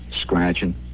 scratching